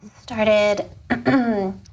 Started